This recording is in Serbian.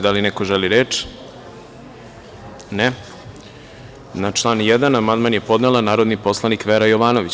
Da li neko želi reč? (Ne.) Na član 1. amandman je podnela narodni poslanik Vera Jovanović.